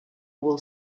will